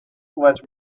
was